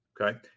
Okay